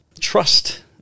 Trust